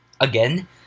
Again